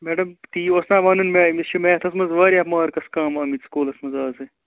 madam تی اوس نا وَنُن مےٚ أمِس چھِ میتھَس منٛز واریاہ مارکَس کَم آمٕتۍ سکوٗلَس منٛز اَزٕ